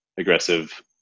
aggressive